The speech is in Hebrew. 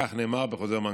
כך נאמר בחוזר מנכ"ל.